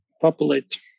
populate